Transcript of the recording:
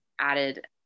added